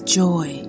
joy